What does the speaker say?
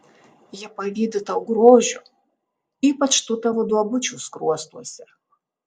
ji pavydi tau grožio ypač tų tavo duobučių skruostuose